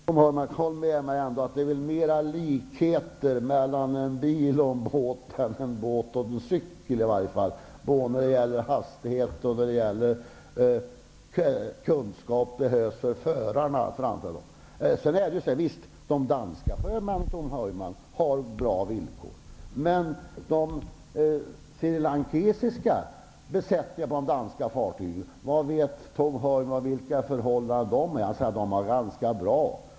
Herr talman! Håll med mig om att det finns flera likheter mellan en bil och en båt än mellan en båt och en cykel, både när det gäller hastighet och vilken kunskap förarna behöver. Visst har de danska sjömännen bra villkor, Tom Heyman. Men vad vet Tom Heyman om vilka förhållanden de srilankesiska besättningarna på danska fartyg lever under? Han säger att dom har det ganska bra.